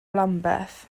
lambeth